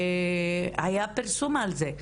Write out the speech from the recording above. והיה פרסום על זה.